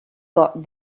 got